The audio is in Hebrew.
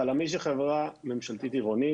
חלמיש היא חברה ממשלתית עירונית,